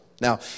Now